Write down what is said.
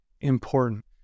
important